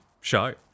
show